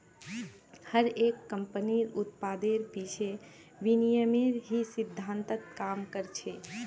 हर एक कम्पनीर उत्पादेर पीछे विनिमयेर ही सिद्धान्त काम कर छे